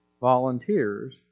volunteers